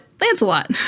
Lancelot